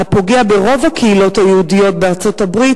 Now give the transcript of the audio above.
הפוגע ברוב הקהילות היהודיות בארצות-הברית,